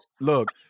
look